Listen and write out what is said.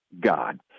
God